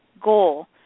goal